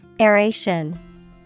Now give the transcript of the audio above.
Aeration